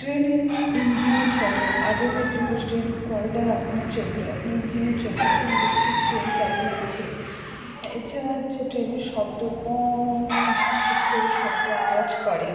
ট্রেনের ইঞ্জিনে চলে আগেকার যুগে ট্রেন কয়লার আগুনে চলত এখন ইঞ্জিনে চলে এখন ইলেকট্রিক ট্রেন চালু হয়েছে এছাড়া হচ্ছে ট্রেনের শব্দ পঁওওওও ঝুপ ঝুপ করে শব্দ আওয়াজ করে